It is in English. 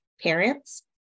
parents